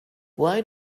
why